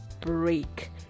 break